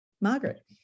Margaret